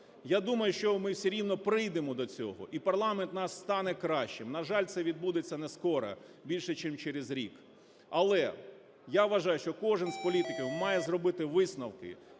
Я думаю, що ми все рівно прийдемо до цього і парламент у нас стане кращим, на жаль, це відбудеться не скоро, більше ніж через рік. Але я вважаю, що кожен з політиків має зробити висновки